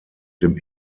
dem